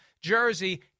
jersey